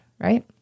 right